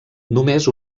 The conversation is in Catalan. només